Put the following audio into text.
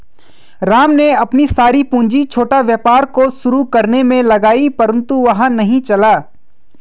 राम ने अपनी सारी पूंजी छोटा व्यापार को शुरू करने मे लगाई परन्तु वह नहीं चला